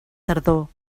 tardor